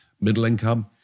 middle-income